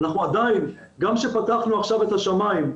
אנחנו עדיין, גם כשפתחנו עכשיו את השמים,